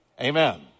Amen